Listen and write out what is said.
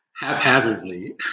Haphazardly